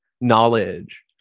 knowledge